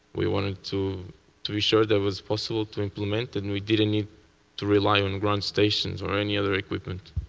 we wanted to to be sure that it was possible to implement and we didn't need to rely on run stations or any other equipment.